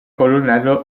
colonnello